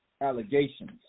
allegations